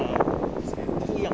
what is that